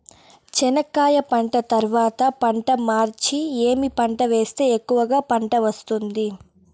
చెనక్కాయ పంట తర్వాత పంట మార్చి ఏమి పంట వేస్తే ఎక్కువగా పంట వస్తుంది?